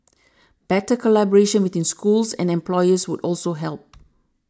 better collaboration between schools and employers would also help